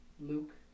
Luke